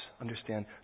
Understand